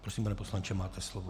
Prosím, pane poslanče, máte slovo.